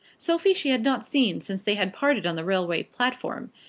sophie she had not seen since they had parted on the railway platform,